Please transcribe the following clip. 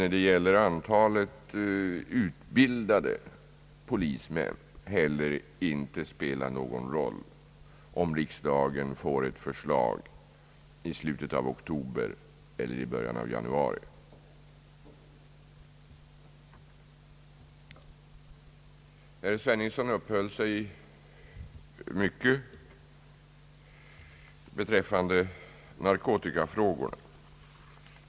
När det gäller antalet utbildade polismän skulle det för övrigt inte spela någon roll, om riksdagen får ett förslag i slutet av oktober eller i början av januari. Herr Sveningsson uppehöll sig utförligt vid narkotikafrågor.